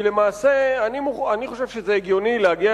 כי למעשה אני חושב שזה הגיוני להגיע